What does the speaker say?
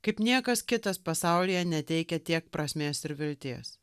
kaip niekas kitas pasaulyje neteikia tiek prasmės ir vilties